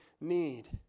need